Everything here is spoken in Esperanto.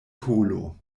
kolo